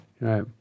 Right